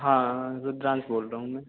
हाँ सदांस बोल रहा हूँ मैं